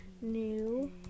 new